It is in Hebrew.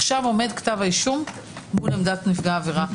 עכשיו עומד כתב האישום מול עמדת נפגע העבירה.